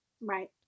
Right